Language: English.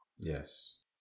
Yes